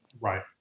Right